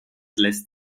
lässt